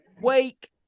wake